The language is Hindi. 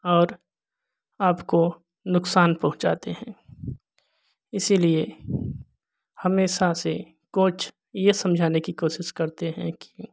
और आपको नुक़सान पहुँचाते हैं इसी लिए हमेशा से कोच यह समझाने की कोशिश करते हैं कि